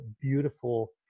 beautiful